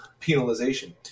penalization